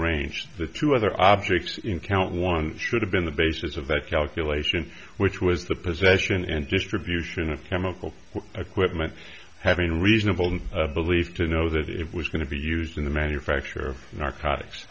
range the two other objects in count one should have been the basis of that calculation which was the possession and distribution of chemical a quip meant having reasonable belief to know that it was going to be used in the manufacture of narcotics